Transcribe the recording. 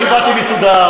אני באתי מסודר.